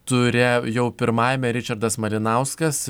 ture jau pirmajame ričardas malinauskas